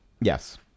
Yes